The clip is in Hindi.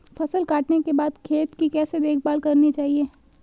फसल काटने के बाद खेत की कैसे देखभाल करनी चाहिए?